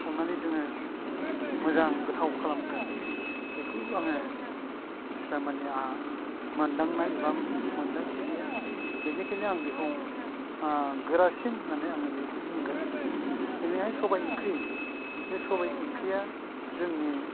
संनानै जोङो मोजां गोथाव खालामगोन बेखौ आङो इसिबां माने आंहा मोनदांनाय एबा मोनदांथि गैया बेनिखायनो आं बेखौ गोरासिन होननानै आं बेखौ बुंगोन बेनिफ्राय सबाइ ओंख्रि बे सबाइ ओंख्रिआ जोंनि